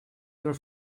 your